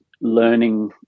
learning